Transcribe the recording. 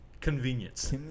Convenience